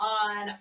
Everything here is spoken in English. on